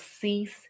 cease